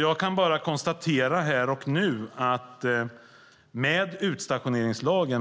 Jag kan bara konstatera här och nu att med den utstationeringslag,